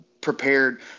prepared